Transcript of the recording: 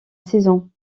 saison